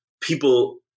people